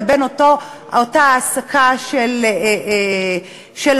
לבין אותה העסקה של העובדים.